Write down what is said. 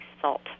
salt